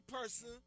person